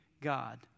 God